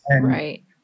Right